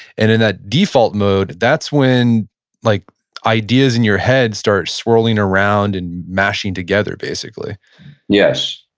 and in that default mode, that's when like ideas in your head start swirling around and mashing together, basically yes,